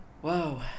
Whoa